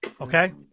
Okay